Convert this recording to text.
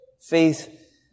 Faith